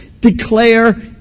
declare